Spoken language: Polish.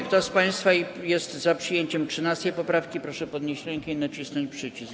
Kto z państwa jest za przyjęciem 13. poprawki, proszę podnieść rękę i nacisnąć przycisk.